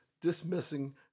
dismissing